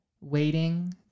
waiting